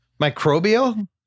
Microbial